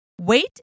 wait